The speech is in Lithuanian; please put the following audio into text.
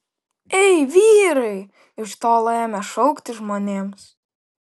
ei vyrai iš tolo ėmė šaukti žmonėms